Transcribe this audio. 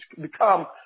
become